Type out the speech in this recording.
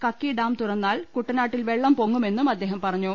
Kakki dam തുറന്നാൽ കുട്ടനാട്ടിൽ വെള്ളം പൊങ്ങുമെന്നും അദ്ദേഹം പറഞ്ഞു